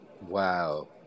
Wow